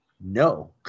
No